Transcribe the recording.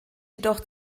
jedoch